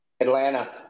Atlanta